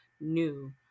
new